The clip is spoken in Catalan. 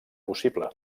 possible